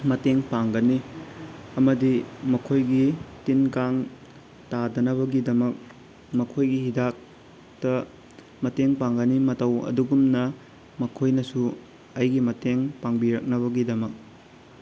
ꯃꯇꯦꯡ ꯄꯥꯡꯒꯅꯤ ꯑꯃꯗꯤ ꯃꯈꯣꯏꯒꯤ ꯇꯤꯟ ꯀꯥꯡ ꯇꯥꯗꯅꯕꯒꯤꯗꯃꯛ ꯃꯈꯣꯏꯒꯤ ꯍꯤꯗꯥꯛꯇ ꯃꯇꯦꯡ ꯄꯥꯡꯒꯅꯤ ꯃꯇꯧ ꯑꯗꯨꯒꯨꯝꯅ ꯃꯈꯣꯏꯅꯁꯨ ꯑꯩꯒꯤ ꯃꯇꯦꯡ ꯄꯥꯡꯕꯤꯔꯛꯅꯕꯒꯤꯗꯃꯛ